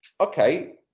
okay